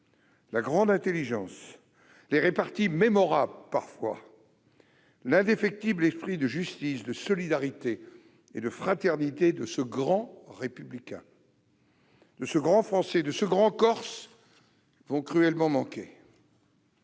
La grande intelligence, les réparties parfois mémorables, l'indéfectible esprit de justice, de solidarité et de fraternité de ce grand républicain, de ce grand Français, de ce grand Corse vont cruellement manquer.